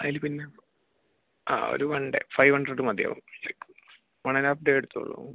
അതില് പിന്നേ ആ ഒരു വൺ ഡേ ഫൈവ് ഹൺഡ്രഡ് മതിയാവും one and a half day എടുത്തോളൂ